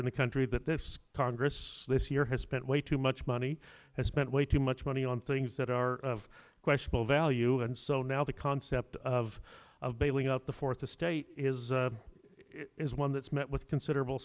in the country that this congress this year has spent way too much money has spent way too much money on things that are of questionable value and so now the concept of of bailing out the fourth estate is a is one that's met with considerable